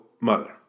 mother